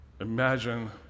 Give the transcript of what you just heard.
Imagine